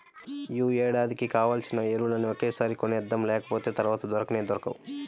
యీ ఏడాదికి కావాల్సిన ఎరువులన్నీ ఒకేసారి కొనేద్దాం, లేకపోతె తర్వాత దొరకనే దొరకవు